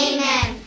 Amen